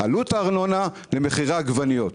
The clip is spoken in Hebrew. עלות הארנונה, למחירי העגבניות?